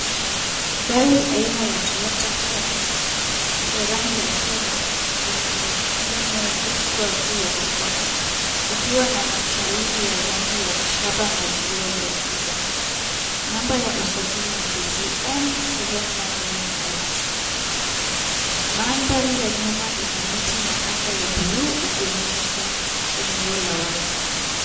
Gari aina ya toyota hayanzi, ya rangi ya fedha limeegeshwa juu ya kokoto, likiwa na matayiri ya rangi ya shaba na vioo vya giza. Namba ya usajili ni KCN 799X. Mandhari ya nyuma ina miti na anga ya blue ikionyesha eneo la wazi.